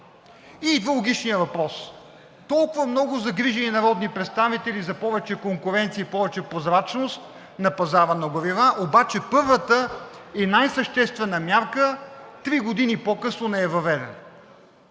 Идва логичният въпрос: толкова много загрижени народни представители за повече конкуренция и повече прозрачност на пазара на горива, обаче първата и най-съществена мярка три години по-късно не е въведена.